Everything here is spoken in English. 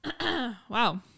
Wow